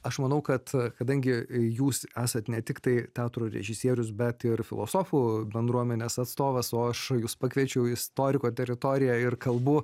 aš manau kad kadangi jūs esat ne tiktai teatro režisierius bet ir filosofų bendruomenės atstovas o aš jus pakviečiau į istoriko teritoriją ir kalbu